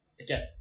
Again